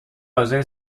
حاضر